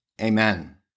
Amen